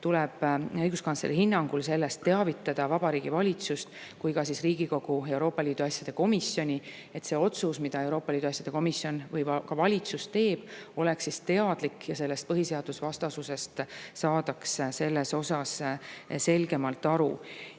tuleb õiguskantsleri hinnangul sellest teavitada nii Vabariigi Valitsust kui ka Riigikogu Euroopa Liidu asjade komisjoni, et see otsus, mida Euroopa Liidu asjade komisjon või valitsus teeb, oleks teadlik ja sellest põhiseadusvastasusest saadaks selgemalt aru.